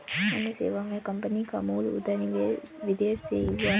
अन्य सेवा मे कम्पनी का मूल उदय विदेश से ही हुआ है